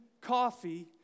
coffee